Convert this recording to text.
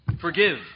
Forgive